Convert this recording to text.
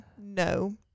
no